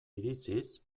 iritziz